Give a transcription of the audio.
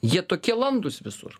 jie tokie landūs visur